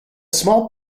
small